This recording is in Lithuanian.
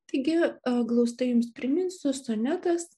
taigi glaustai jums priminsiu sonetas